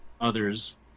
others